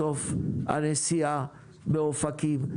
בסוף הנסיעה באופקים,